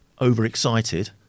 overexcited